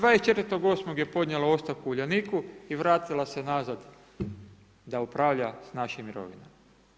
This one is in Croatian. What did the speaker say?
24. 8. je podnijela ostavku u Uljaniku i vratila se nazad da upravlja s našim mirovinama.